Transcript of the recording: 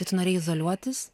tai tu norėjai izoliuotis